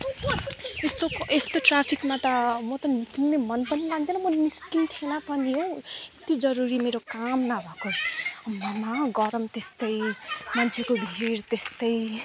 यस्तो यस्तो ट्राफिकमा त म त निक्लिने मन पनि लाग्दैन म निस्किन्थेन पनि हौ यति जरुरी मेरो काम नभएको आम्मामा गरम त्यस्तै मान्छेको भिड त्यस्तै